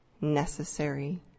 necessary